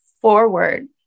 forward